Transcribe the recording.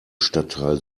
stadtteil